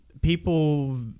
people